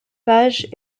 page